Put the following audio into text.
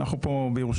אנחנו פה בירושלים,